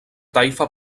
taifa